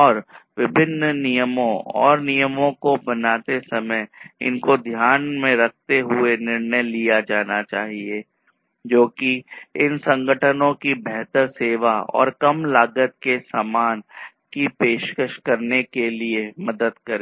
और विभिन्न नियमों और नियमों को बनाते समय इनको ध्यान में रखते हुए निर्णय लिया जाना चाहिए जो कि इन संगठनों की बेहतर सेवा और कम लागत के सामान की पेशकश करने के लिए मदद करें